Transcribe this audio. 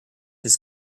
his